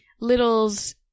Little's